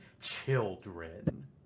children